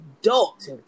adult